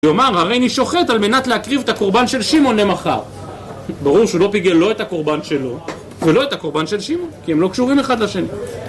הוא אומר, הרי אני שוחט על מנת להקריב את הקורבן של שמעון למחר. ברור שהוא לא פיגל לא את הקורבן שלו ולא את הקורבן של שמעון, כי הם לא קשורים אחד לשני.